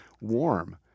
warm